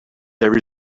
there